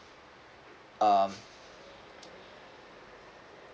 um